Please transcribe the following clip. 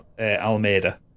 Almeida